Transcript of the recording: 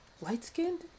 light-skinned